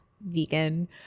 vegan